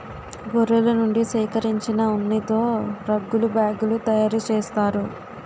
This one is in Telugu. గొర్రెల నుండి సేకరించిన ఉన్నితో రగ్గులు బ్యాగులు తయారు చేస్తారు